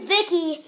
Vicky